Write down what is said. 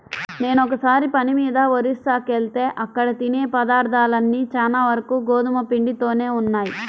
నేనొకసారి పని మీద ఒరిస్సాకెళ్తే అక్కడ తినే పదార్థాలన్నీ చానా వరకు గోధుమ పిండితోనే ఉన్నయ్